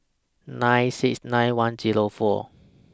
nine six nine one Zero four